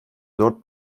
dört